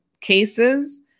cases